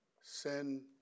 Sin